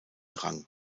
rang